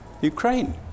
Ukraine